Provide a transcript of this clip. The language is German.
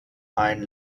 ein